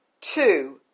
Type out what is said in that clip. Two